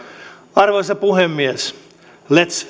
arvoisa puhemies lets